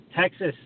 Texas